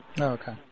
Okay